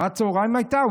שנת צוהריים הייתה.